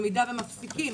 אם מפסיקים,